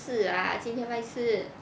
四啦今天拜四